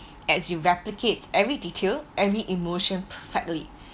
as you replicate every detail every emotion perfectly